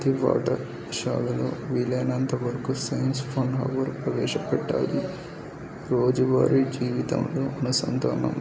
ప్రతీ పాఠశాలలో వీలైనంత వరకు సైన్స్ ఫన్ అవర్ ప్రవేశపట్టాలి రోజువారి జీవితంలో అనుసంధానం